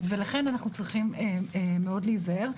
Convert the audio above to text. ולכן אנחנו צריכים מאוד להיזהר.